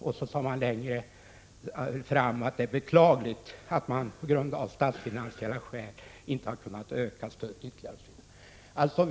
Utskottet sade längre fram i betänkandet att det är beklagligt att man av statsfinansiella skäl inte har kunnat öka stödet ytterligare.